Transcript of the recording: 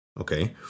okay